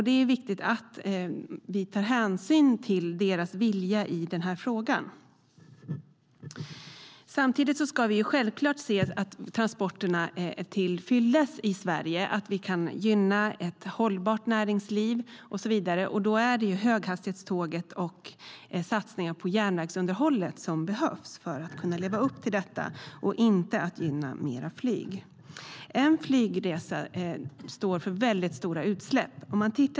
Det är viktigt att vi tar hänsyn till deras vilja i den här frågan. En flygresa står för väldigt stora utsläpp.